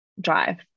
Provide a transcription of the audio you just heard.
drive